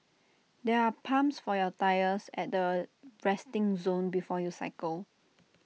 there are pumps for your tyres at the resting zone before you cycle